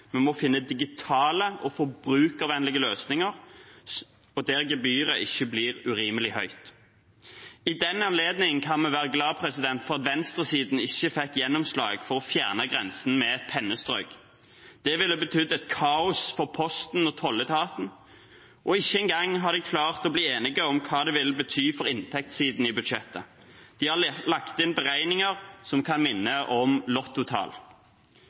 Vi må finne digitale, forbrukervennlige løsninger der gebyret ikke blir urimelig høyt. I den anledning kan vi være glad for at venstresiden ikke fikk gjennomslag for å fjerne grensen med et pennestrøk – det ville betydd kaos for posten og tolletaten – og de har ikke engang klart å bli enige om hva det vil bety for inntektssiden i budsjettet. De har lagt inn beregninger som kan minne om lottotall.